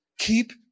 Keep